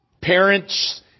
Parents